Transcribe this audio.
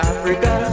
Africa